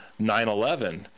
9-11